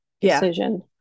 decision